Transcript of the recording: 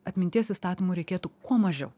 atminties įstatymų reikėtų kuo mažiau